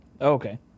Okay